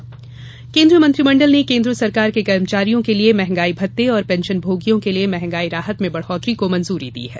मंहगाई भत्ता केंद्रीय मंत्रिमंडल ने केन्द्र सरकार के कर्मचारियों के लिए मंहगाई भत्ते और पेंशनभोगियों के लिए मंहगाई राहत में बढ़ोतरी को मंजूरी दी है